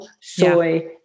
soy